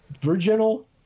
virginal